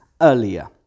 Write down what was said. earlier